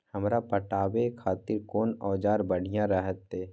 हमरा पटावे खातिर कोन औजार बढ़िया रहते?